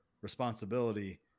responsibility